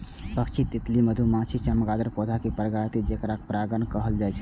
पक्षी, तितली, मधुमाछी, चमगादड़ पौधा कें परागित करै छै, जेकरा परागणक कहल जाइ छै